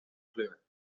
kleur